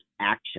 action